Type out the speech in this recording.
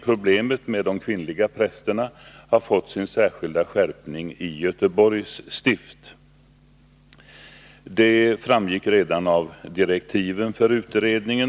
Problemet med de kvinnliga prästerna har fått sin särskilda skärpning i Göteborgs stift. Det framgick redan av direktiven för utredningen.